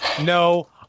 No